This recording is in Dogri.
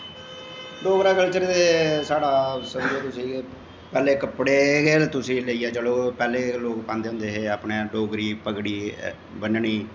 डोगरा कल्चर ते साढ़ा समझो तुसेंगी पैह्लें कपड़े गै तुसें लेइयै चलो पैह्लें लोक पांदे होंदे हे अपनै डोगरी पगड़ी बनन्नी